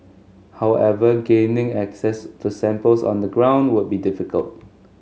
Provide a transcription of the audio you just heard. however gaining access to samples on the ground would be difficult